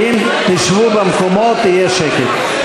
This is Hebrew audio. אם תשבו במקומות יהיה שקט.